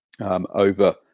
over